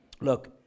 look